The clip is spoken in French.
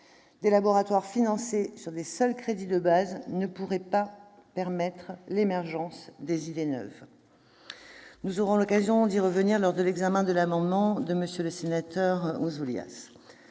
des laboratoires financés sur des seuls crédits de base ne pourraient permettre l'émergence des idées neuves. Nous aurons l'occasion d'y revenir lors de l'examen de l'amendement de M. Ouzoulias.